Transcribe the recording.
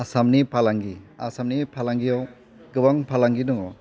आसामनि फालांगि आसामनि फालांगिआव गोबां फालांगि दंङ